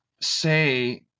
say –